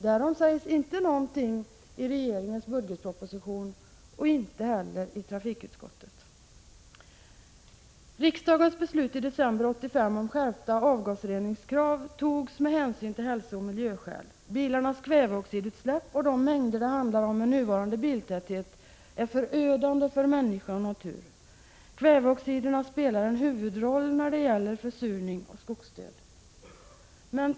Därom sägs inget i budgetpropositionen och inte heller i trafikutskottets betänkande. Riksdagens beslut i december 1985 om skärpta avgasreningskrav fattades av hälsooch miljöskäl. Bilarnas kväveoxidutsläpp och de mängder det handlar om med nuvarande biltäthet är förödande för människa och natur. Kväveoxiderna spelar en huvudroll när det gäller försurning och skogsdöd.